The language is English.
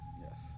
Yes